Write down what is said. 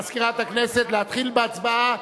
מזכירת הכנסת, להתחיל בהצבעה.